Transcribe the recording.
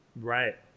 Right